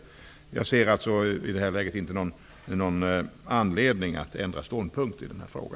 I det här läget ser jag alltså inte någon anledning att ändra ståndpunkt i denna fråga.